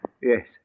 Yes